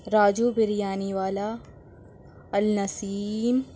راجو بریانی والا النسیم